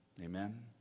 Amen